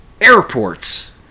airports